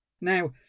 Now